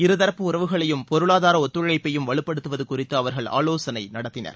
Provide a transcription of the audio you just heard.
இருதாப்பு உறவுகளையும் பொருளாதார ஒத்துழைப்பையும் வலுப்படுத்துவது குறித்துஅவர்கள் ஆலோசனை நடத்தினர்